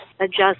adjust